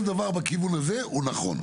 כל דבר בכיוון הזה הוא נכון.